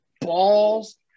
balls